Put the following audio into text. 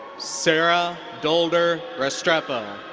sarah dolder restrepo.